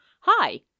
hi